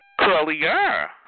curlier